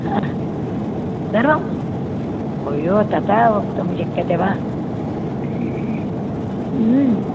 हा सर्वं अय्यो तथा वक्तुं शक्यते वा ह्म्म्